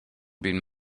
been